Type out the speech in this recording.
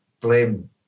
blame